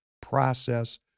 process